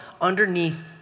underneath